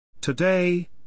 Today